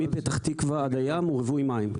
כן, כל האזור מפתח תקווה עד הים הוא רווי מים.